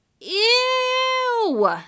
Ew